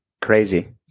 crazy